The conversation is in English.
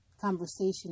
conversation